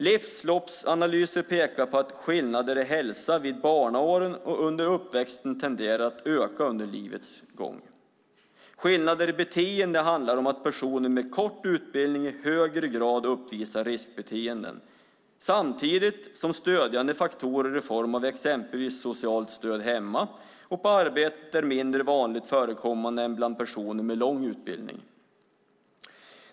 Livsloppsanalyser pekar på att skillnader i hälsa vid barnaåren och under uppväxten tenderar att öka under livets gång. Skillnader i beteende handlar om att personer med kort utbildning i högre grad uppvisar riskbeteenden, samtidigt som stödjande faktorer i form av exempelvis socialt stöd hemma och på arbetet är mindre vanligt förekommande än bland personer med lång utbildning.